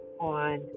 on